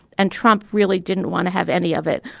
and trump really didn't want to have any of it.